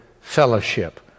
fellowship